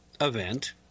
event –